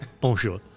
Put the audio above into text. Bonjour